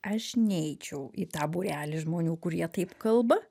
aš neičiau į tą būrelį žmonių kurie taip kalba